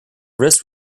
wrist